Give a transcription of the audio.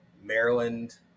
Maryland